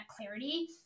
clarity